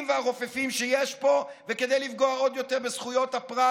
והרופפים שיש פה וכדי לפגוע עוד יותר בזכויות הפרט,